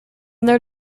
their